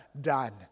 done